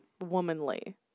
womanly